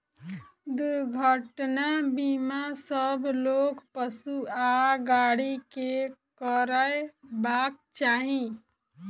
दुर्घटना बीमा सभ लोक, पशु आ गाड़ी के करयबाक चाही